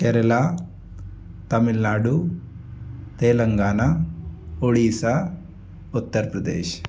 Kerala Tamil Nadu Telangana Orissa Uttar Pradesh